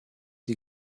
die